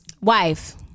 Wife